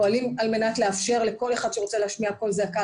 פועלים על מנת לאפשר לכל אחד שרוצה להשמיע קול זעקה,